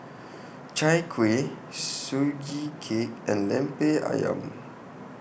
Chai Kueh Sugee Cake and Lemper Ayam